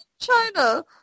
China